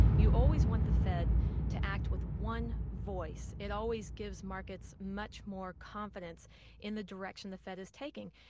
you always want the fed to act with one voice. it always gives markets much more confidence in the direction that the fed is taking.